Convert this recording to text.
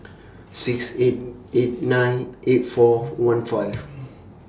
six eight eight nine eight four one five